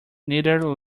neither